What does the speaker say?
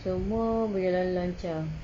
semua berjalan lancar